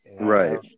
Right